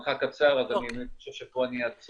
זמנך קצר, אז אני חושב שפה אני אעצור,